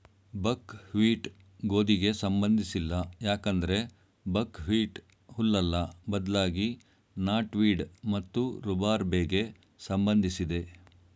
ಬಕ್ wheat ಗೋಧಿಗೆ ಸಂಬಂಧಿಸಿಲ್ಲ ಯಾಕಂದ್ರೆ ಬಕ್ಹ್ವೀಟ್ ಹುಲ್ಲಲ್ಲ ಬದ್ಲಾಗಿ ನಾಟ್ವೀಡ್ ಮತ್ತು ರೂಬಾರ್ಬೆಗೆ ಸಂಬಂಧಿಸಿದೆ